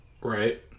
right